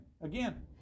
Again